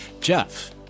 Jeff